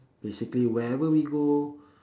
basically wherever we go